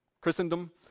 Christendom